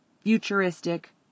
futuristic